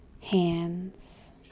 hands